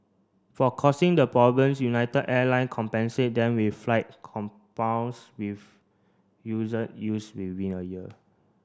for causing the problems United Airlines compensate them with flight compounds with used within a year